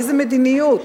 איזו מדיניות,